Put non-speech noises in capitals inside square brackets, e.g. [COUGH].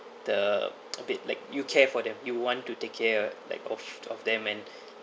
the [NOISE] a bit like you care for them you want to take care like of of them and